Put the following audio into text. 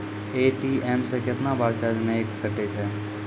ATM से कैतना बार चार्ज नैय कटै छै?